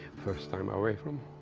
first time away from